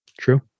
True